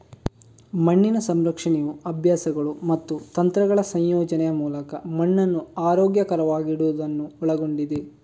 ಮಣ್ಣಿನ ಸಂರಕ್ಷಣೆಯು ಅಭ್ಯಾಸಗಳು ಮತ್ತು ತಂತ್ರಗಳ ಸಂಯೋಜನೆಯ ಮೂಲಕ ಮಣ್ಣನ್ನು ಆರೋಗ್ಯಕರವಾಗಿಡುವುದನ್ನು ಒಳಗೊಂಡಿದೆ